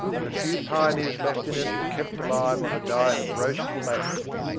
and the few pioneers left in it were kept alive on a diet of roast flathead.